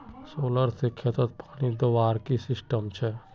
Solar से खेतोत पानी दुबार की सिस्टम छे?